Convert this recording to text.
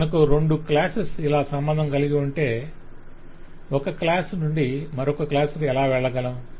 మనకు రెండు క్లాసెస్ ఇలా సంబంధం కలిగి ఉంటే ఒక క్లాస్ నుండి మరొక క్లాస్ కు ఎలా వెళ్ళగలము